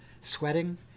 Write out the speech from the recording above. sweating